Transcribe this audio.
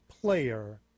player